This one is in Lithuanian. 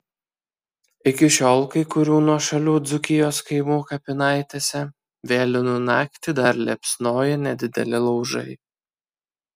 iki šiol kai kurių nuošalių dzūkijos kaimų kapinaitėse vėlinių naktį dar liepsnoja nedideli laužai